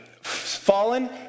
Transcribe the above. fallen